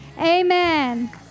amen